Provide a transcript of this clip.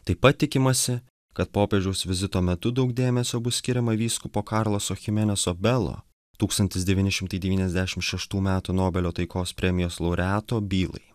taip pat tikimasi kad popiežiaus vizito metu daug dėmesio bus skiriama vyskupo karloso chimeneso belo tūkstantis devyni šimtai devyniasdešim šeštų metų nobelio taikos premijos laureato bylai